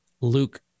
Luke